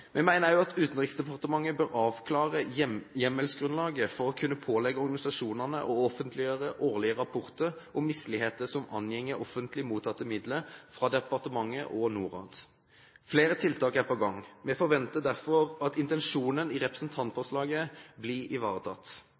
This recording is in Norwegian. Vi mener også at Utenriksdepartementet bør avklare hjemmelsgrunnlaget for å kunne pålegge organisasjonene å offentliggjøre årlige rapporter om misligheter som angår offentlig mottatte midler fra departementet og Norad. Flere tiltak er på gang. Vi forventer derfor at intensjonen i representantforslaget blir ivaretatt.